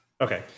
Okay